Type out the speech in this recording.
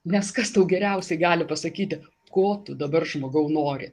nes kas tau geriausiai gali pasakyti ko tu dabar žmogau nori